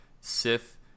Sith